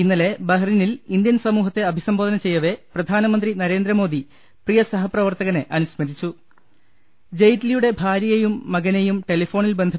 ഇന്നലെ ബഹറിനിൽ ഇന്ത്യൻ സമൂഹത്തെ അഭിസംബോധന ചെയ്യവേ പ്രധാനമന്ത്രി നരേന്ദ്രമോദി പ്രിയസഹപ്രവർത്തകനെ അനുസ്മ ജയ്റ്റിലിയുടെ ഭാര്യയെയും മകനെയും ടെലഫോണിൽ ബന്ധ രിച്ചു